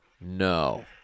No